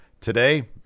Today